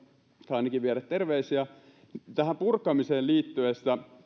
ainakin viedä terveisiä tähän purkamiseen liittyen